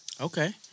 okay